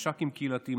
מש"קים קהילתיים,